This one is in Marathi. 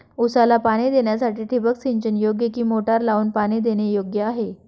ऊसाला पाणी देण्यासाठी ठिबक सिंचन योग्य कि मोटर लावून पाणी देणे योग्य आहे?